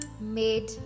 made